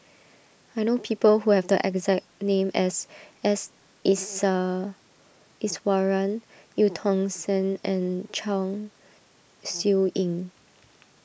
I know people who have the exact name as S Isa Iswaran Eu Tong Sen and Chong Siew Ying